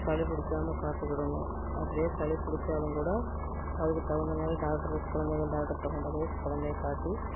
சளி பிடிக்காம பார்த்துக்கிடணும் அப்படியே சளி பிடிச்சாலும் கூட அதுக்கு தகுந்த மாதிரி டாக்டருஸ் குழந்தைகள் டாக்டர்கிட்ட கொண்டு போய் குழந்தைய காட்டி